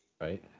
Right